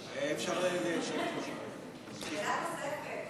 אפשר, שאלה נוספת.